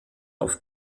auf